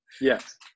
Yes